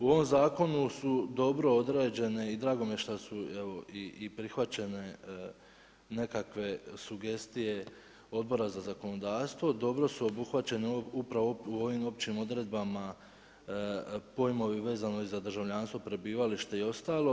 U ovom zakonu su dobro određene i drago mi je šta su i prihvaćene nekakve sugestije Odbora za zakonodavstvo, dobro su obuhvaćene upravo u ovim općim odredbama pojmovi vezano i za državljanstvo, prebivalište i ostalo.